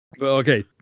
okay